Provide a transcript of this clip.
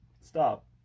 Stop